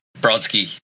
Brodsky